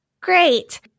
great